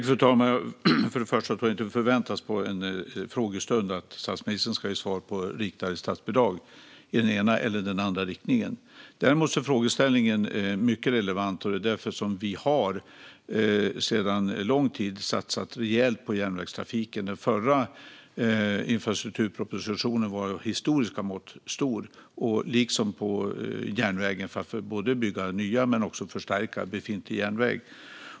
Fru talman! Först och främst tror jag inte att det förväntas att statsministern under en frågestund ska ge svar gällande statsbidrag i den ena eller andra riktningen. Däremot är frågeställningen mycket relevant. Vi har sedan lång tid satsat rejält på järnvägstrafiken; den förra infrastrukturpropositionen var historiskt stor, och det gällde även järnvägen - både att bygga ny och att förstärka befintlig järnväg.